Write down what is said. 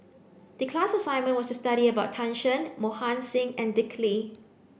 the class assignment was to study about Tan Shen Mohan Singh and Dick Lee